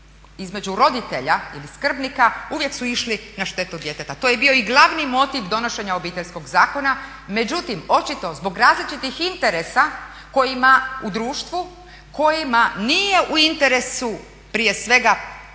između roditelja ili skrbnika uvijek su išli na štetu djeteta. To je bio glavni motiv donošenja Obiteljskog zakona. Međutim, očito zbog različitih interesa u društvu kojima nije u interesu prije svega